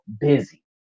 busy